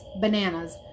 bananas